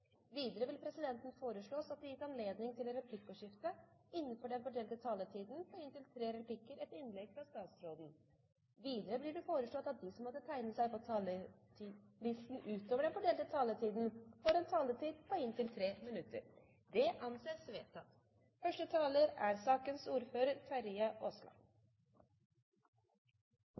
Videre vil presidenten foreslå at det gis anledning til replikkordskifte på inntil tre replikker med svar etter innlegget fra statsråden innenfor den fordelte taletid. Videre blir det foreslått at de som måtte tegne seg på talerlisten utover den fordelte taletid, får en taletid på inntil 3 minutter. – Det anses vedtatt. Det er